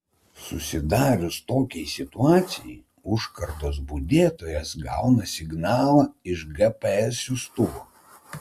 susidarius tokiai situacijai užkardos budėtojas gauna signalą iš gps siųstuvo